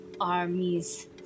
armies